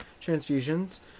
transfusions